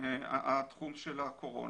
אני אתן לך דוגמה,